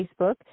Facebook